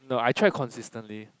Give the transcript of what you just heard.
no I try consistently